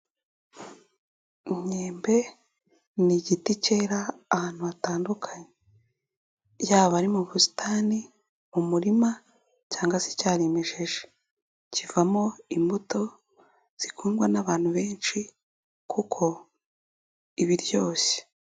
Imyembe ni igiti kera ahantu hatandukanye. Yaba ari mu busitani, mu murima cyangwa se cyarimejeje. Kivamo imbuto zikundwa n'abantu benshi kuko iba iryoshye.